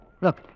look